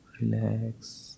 relax